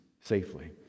safely